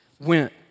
went